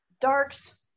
Dark's